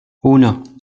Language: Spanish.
uno